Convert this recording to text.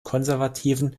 konservativen